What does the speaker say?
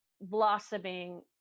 blossoming